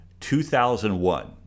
2001